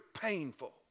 painful